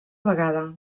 vegada